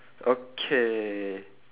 okay